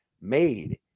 made